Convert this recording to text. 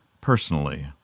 personally